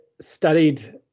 studied